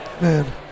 Man